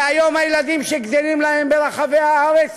שהיום הילדים שגדלים להם ברחבי הארץ